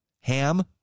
ham